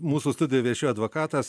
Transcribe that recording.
mūsų studijoj viešėjo advokatas